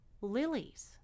lilies